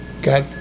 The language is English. got